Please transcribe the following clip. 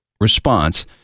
response